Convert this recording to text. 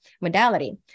modality